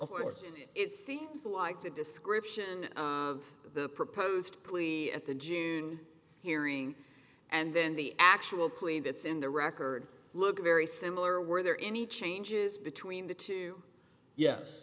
course and it seems like the description of the proposed plea at the june hearing and then the actual clean that's in the record look very similar were there any changes between the two